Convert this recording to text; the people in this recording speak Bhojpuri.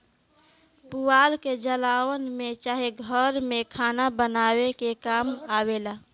पुआल के जलावन में चाहे घर में खाना बनावे के काम आवेला